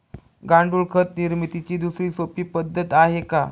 गांडूळ खत निर्मितीची दुसरी सोपी पद्धत आहे का?